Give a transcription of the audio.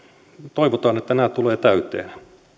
toivotaan että nämä tulevat täyteen